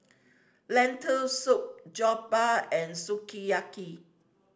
Lentil Soup Jokbal and Sukiyaki